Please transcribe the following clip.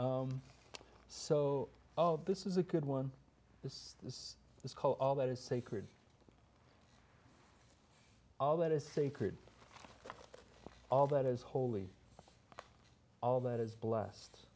you so oh this is a good one this is this call all that is sacred all that is sacred all that is holy all that is blessed